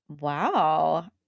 Wow